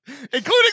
Including